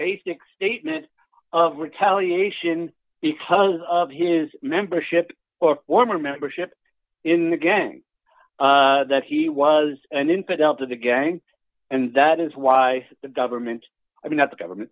basic statement of retaliation because of his membership or former membership in the gang that he was an infidel to the gang and that is why the government i mean that the government